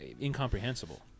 incomprehensible